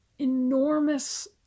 enormous